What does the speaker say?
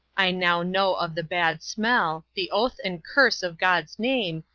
i now know of the bad smell, the oath and curse of god's name,